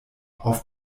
auf